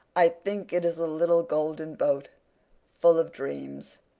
i think it is a little golden boat full of dreams.